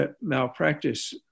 malpractice